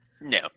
No